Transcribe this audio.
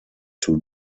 two